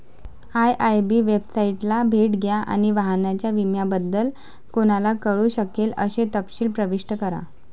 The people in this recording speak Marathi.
आय.आय.बी वेबसाइटला भेट द्या आणि वाहनाच्या विम्याबद्दल कोणाला कळू शकेल असे तपशील प्रविष्ट करा